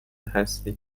هستی